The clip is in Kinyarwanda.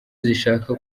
zishaka